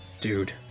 Dude